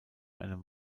einem